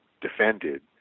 defended